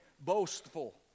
boastful